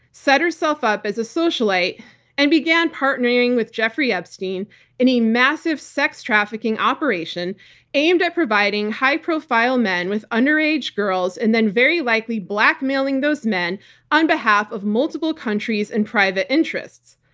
set herself up as a socialite and began partnering with jeffrey epstein in a massive sex trafficking operation aimed at providing high profile men with underage girls, and then very likely blackmailing those men on behalf of multiple countries and private interests.